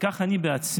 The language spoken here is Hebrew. וכך אני בעצמי,